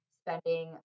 spending